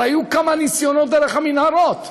אבל היו כמה ניסיונות דרך המנהרות,